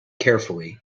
carefully